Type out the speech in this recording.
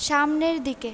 সামনের দিকে